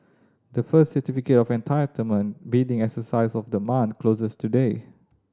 the first Certificate of Entitlement bidding exercise of the month closes today